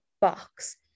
box